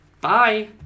Bye